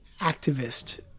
activist